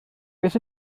beth